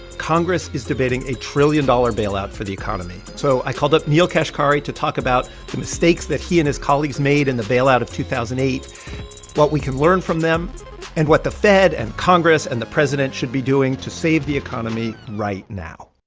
congress is debating a trillion-dollar bailout for the economy. so i called up neel kashkari to talk about the mistakes that he and his colleagues made in the bailout of two thousand and what we can learn from them and what the fed and congress and the president should be doing to save the economy right now